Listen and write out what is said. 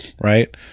right